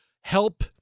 help